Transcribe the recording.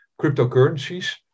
cryptocurrencies